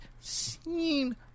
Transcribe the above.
seen